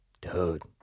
Dude